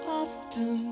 often